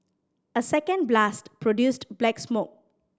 a second blast produced black smoke